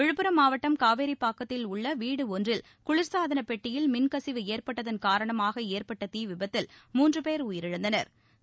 விழுப்புரம்மாவட்டம் காவேரிப்பாக்கத்தில் உள்ள வீடு ஒன்றில் குளிாசாதனப் பெட்டியில் மின் கசிவு ஏற்பட்டதன் காரணமாக ஏற்பட்ட தீ விபத்தில் மூன்று போ உயிரிழந்தனா்